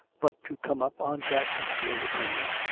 but to come up on deck and feel the breeze,